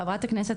חברת הכנסת,